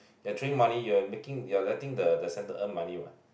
they are throwing money you are making you are letting the the center earn money what